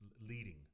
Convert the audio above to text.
leading